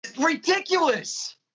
Ridiculous